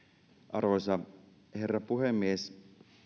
arvoisa herra puhemies